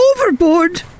overboard